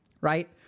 right